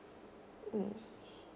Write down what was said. mm